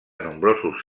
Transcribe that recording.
nombrosos